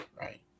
right